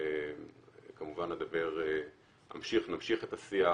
כמובן נמשיך את השיח